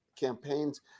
Campaigns